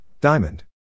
Diamond